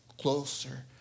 closer